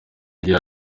agira